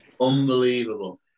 unbelievable